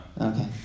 Okay